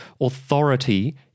authority